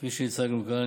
כפי שהצגנו כאן,